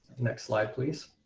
next slide please.